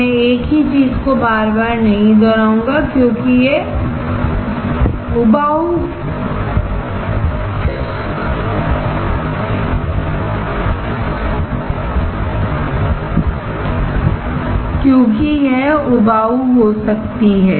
मैं एक ही चीज को बार बार नहीं दोहराऊंगा क्योंकि यह उबाऊ हो सकती है